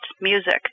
music